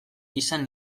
izan